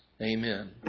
Amen